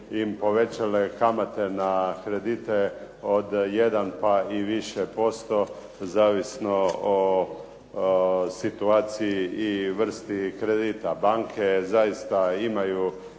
im povećane kamate na kredite od 1 pa i više posto zavisno o situaciji i vrsti kredita. Banke zaista imaju